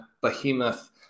behemoth